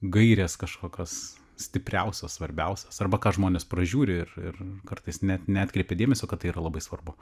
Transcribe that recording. gairės kažkokios stipriausios svarbiausios arba ką žmonės pražiūri ir ir kartais net neatkreipia dėmesio kad tai yra labai svarbu